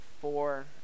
four